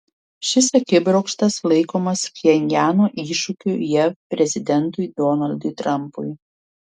šis akibrokštas laikomas pchenjano iššūkiu jav prezidentui donaldui trampui